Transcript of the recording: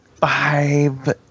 Five